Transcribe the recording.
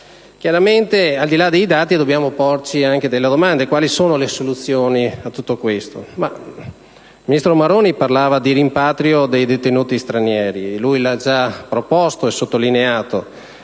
Chiaramente, al di là dei dati, dobbiamo porci anche delle domande: quali sono le soluzioni a tutto questo? Il ministro Maroni parlava di rimpatrio dei detenuti stranieri, che lui ha già proposto e sottolineato.